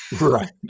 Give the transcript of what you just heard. Right